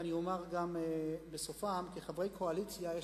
ואני אומר גם בסופם: כחברי קואליציה יש